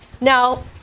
Now